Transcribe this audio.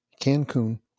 Cancun